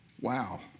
Wow